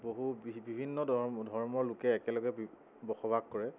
বহু বিভিন্ন ধৰ্মৰ লোকে একেলগে বসবাস কৰে